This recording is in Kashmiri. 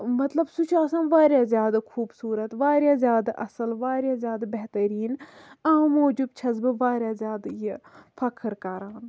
مَطلَب سُہ چھُ سان واریاہ زیادٕ خوٗبصوٗرت واریاہ زیادٕ اصل واریاہ زیادٕ بہتریٖن اَوٕ موٗجُب چھَس بہٕ واریاہ زیادٕ یہِ فخر کَران